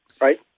right